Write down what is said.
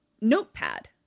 notepad